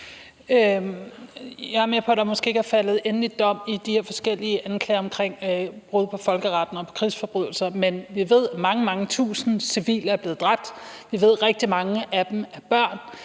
Jeg er med på, at der måske ikke er faldet endelig dom i de her forskellige anklager omkring brud på folkeretten og krigsforbrydelser, men vi ved, at mange, mange tusind civile er blevet dræbt; vi ved, at rigtig mange af dem er børn;